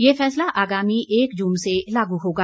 यह फैसला आगामी एक जून से लागू होगा